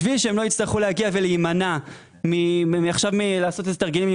בשביל שהם לא יצטרכו להגיע ולהימנע מלעשות תרגילים,